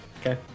Okay